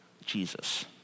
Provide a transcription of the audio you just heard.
Jesus